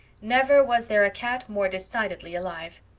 never was there a cat more decidedly alive.